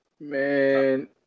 Man